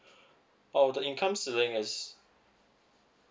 oh the income ceiling is